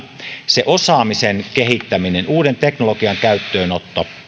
se osaamisen kehittäminen uuden teknologian käyttöönotto